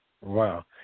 Wow